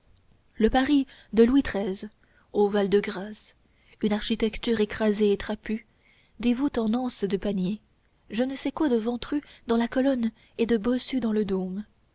le paris de louis xiii au val-de-grâce une architecture écrasée et trapue des voûtes en anses de panier je ne sais quoi de ventru dans la colonne et de bossu dans le dôme